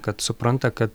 kad supranta kad